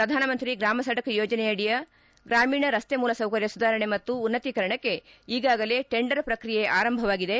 ಪ್ರಧಾನ ಮಂತ್ರಿ ಗ್ರಾಮ ಸಡಕ್ ಯೋಜನೆಯಡಿಯ ಗ್ರಾಮೀಣ ರಸ್ತೆ ಮೂಲಸೌಕರ್ಯ ಸುಧಾರಣೆ ಮತ್ತು ಉನ್ನತೀಕರಣಕ್ಕೆ ಈಗಾಗಲೇ ಟೆಂಡರ್ ಪ್ರಕ್ರಿಯೆ ಆರಂಭವಾಗಿದೆ